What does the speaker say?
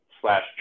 slash